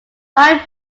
five